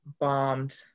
bombed